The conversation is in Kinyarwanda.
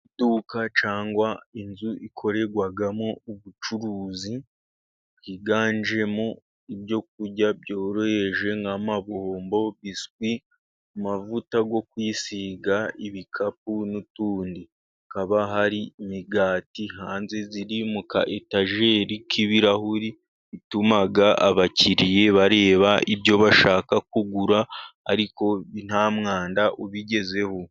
Mu iduka cyangwa inzu ikorerwamo ubucuruzi bwiganjemo ibyo kurya byoroheje nk'amabombo, biswi, amavuta yo kwisiga, ibikapu, n'utundi. Hakaba hari imigati hanze iri mu ka etajeri k'ibirahuri, bituma abakiriya bareba ibyo bashaka kugura ariko nta mwanda ubigezeho.